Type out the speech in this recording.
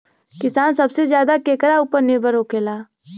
किसान सबसे ज्यादा केकरा ऊपर निर्भर होखेला?